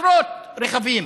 עשרות רכבים,